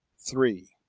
three.